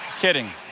kidding